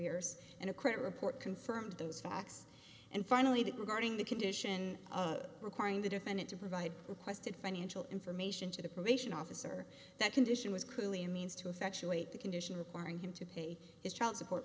rears and a credit report confirmed those facts and finally that regarding the condition requiring the defendant to provide requested financial information to the probation officer that condition was clearly a means to effectuate the condition requiring him to pay his child support